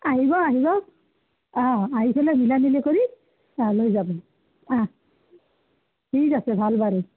আহিব আহিব অঁ আহি পেলাই কৰি লৈ যাব আ ঠিক আছে ভাল বাৰু